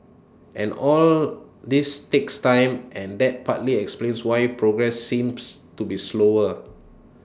and all this takes time and that partly explains why progress seems to be slower